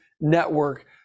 Network